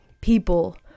people